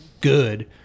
good